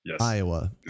Iowa